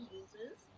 uses